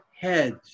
heads